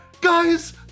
Guys